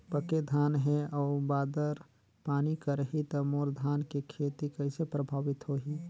पके धान हे अउ बादर पानी करही त मोर धान के खेती कइसे प्रभावित होही?